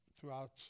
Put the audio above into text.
throughout